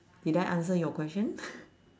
did I answer your question